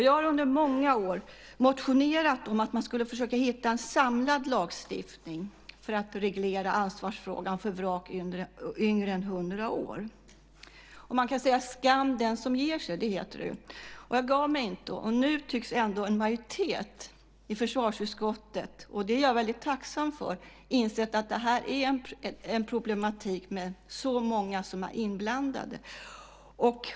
Jag har under många år motionerat om att man skulle försöka hitta en samlad lagstiftning för att reglera ansvarsfrågan för vrak yngre än 100 år. Man kan säga att skam den som ger sig. Jag gav mig inte. Nu tycks ändå en majoritet i försvarsutskottet - det är jag väldigt tacksam för - ha insett att det är ett problem när det är så många inblandade.